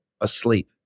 asleep